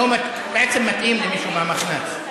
לא, בעצם מתאים למישהו מהמחנ"צ,